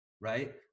right